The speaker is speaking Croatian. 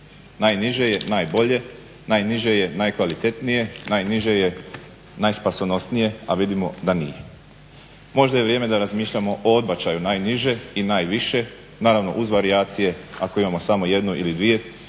Najniže je najbolje, najniže je najkvalitetnije, najniže je najspasonosnije, a vidimo da nije. Možda je vrijeme da razmišljamo o odbačaju najniže i najviše, naravno uz varijacije ako imamo samo jednu ili dvije